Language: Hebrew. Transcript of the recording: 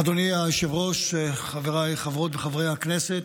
אדוני היושב-ראש, חבריי חברות וחברי הכנסת,